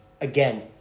Again